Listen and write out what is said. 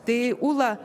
tai ūla